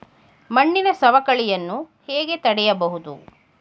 ಮಣ್ಣಿನ ಸವಕಳಿಯನ್ನು ಹೇಗೆ ತಡೆಯಬಹುದು?